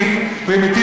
אחת,